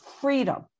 freedom